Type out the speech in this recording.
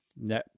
No